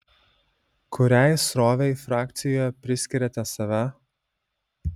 kuriai srovei frakcijoje priskiriate save